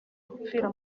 gupfira